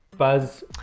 buzz